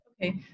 Okay